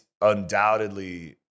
undoubtedly